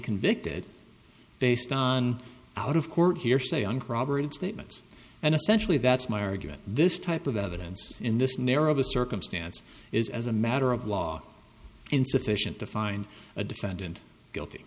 convicted based on out of court hearsay uncorroborated statements and essentially that's my argument this type of evidence in this narrow circumstance is as a matter of law insufficient to find a defendant guilty